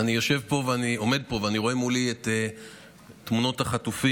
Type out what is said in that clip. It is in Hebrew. אני עומד פה ואני רואה מולי את תמונות החטופים.